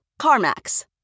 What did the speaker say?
CarMax